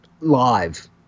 Live